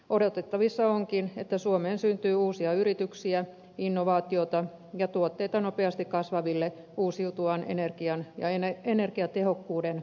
odotettavissa onkin että suomeen syntyy uusia yrityksiä innovaatiota ja tuotteita nopeasti kasvaville uusiutuvan energian ja energiatehokkuuden maailmanlaajuisille markkinoille